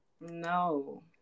No